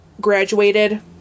graduated